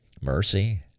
mercy